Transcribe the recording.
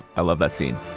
i love that scene